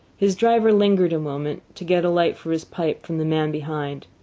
his driver lingered a moment to get a light for his pipe from the man behind.